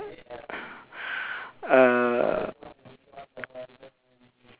uh